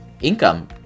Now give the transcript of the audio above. income